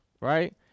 right